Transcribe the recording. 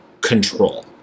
control